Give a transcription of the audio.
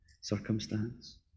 circumstance